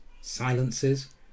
silences